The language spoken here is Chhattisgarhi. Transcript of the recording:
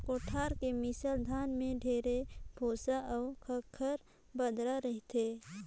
कोठार के मिसल धान में ढेरे भूसा अउ खंखरा बदरा रहथे